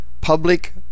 public